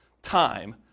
time